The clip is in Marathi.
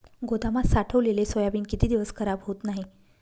गोदामात साठवलेले सोयाबीन किती दिवस खराब होत नाही?